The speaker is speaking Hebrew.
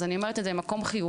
אז אני אומרת את זה ממקום חיובי,